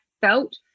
felt